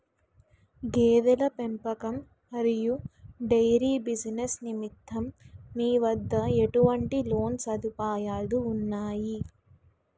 గేదెల పెంపకం మరియు డైరీ బిజినెస్ నిమిత్తం మీ వద్ద ఎటువంటి లోన్ సదుపాయాలు ఉన్నాయి?